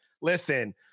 Listen